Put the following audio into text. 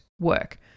work